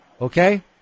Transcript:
Okay